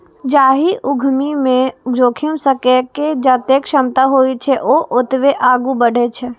जाहि उद्यमी मे जोखिम सहै के जतेक क्षमता होइ छै, ओ ओतबे आगू बढ़ै छै